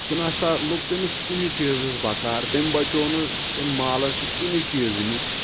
سُہ نہ ہسا لوٚگ تٔمِس کُنہِ چیٖزس بقار تٔمۍ بچاو نہٕ تٔمۍ مالن سُہ کُنہِ چیٖزٕ نِش